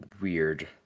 weird